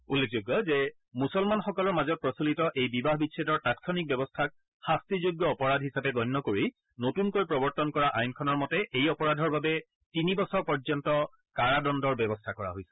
উল্লেখযোগ্য যে মূছলমানসকলৰ মাজত প্ৰচলিত এই বিবাহ বিচ্ছেদৰ তাংক্ষণিক ব্যৱস্থাক শাস্তিযোগ্য অপৰাধ হিচাপে গণ্য কৰি নতুনকৈ প্ৰৱৰ্তন কৰা আইনখনৰ মতে এই অপৰাধৰ বাবে তিনিবছৰ পৰ্যন্ত কাৰাদণ্ডৰ ব্যৱস্থা কৰা হৈছে